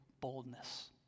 boldness